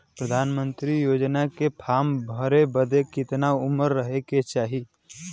प्रधानमंत्री योजना के फॉर्म भरे बदे कितना उमर रहे के चाही?